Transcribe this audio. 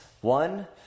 One